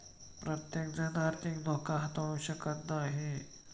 प्रत्येकजण आर्थिक धोका हाताळू शकत नाही